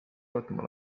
vaatama